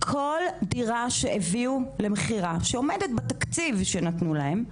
כל דירה שהביאו למכירה שעומדת בתקציב שנתנו להם,